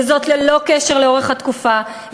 וזאת ללא קשר לאורך התקופה,